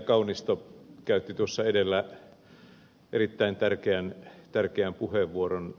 kaunisto käytti edellä erittäin tärkeän puheenvuoron